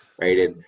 right